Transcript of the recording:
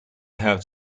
have